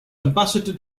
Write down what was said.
ambassador